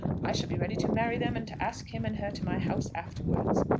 i shall be ready to marry them and to ask him and her to my house afterwards.